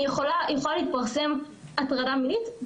יכולה להתפרסם הטרדה מינית,